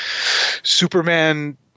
Superman